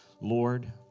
Lord